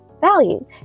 value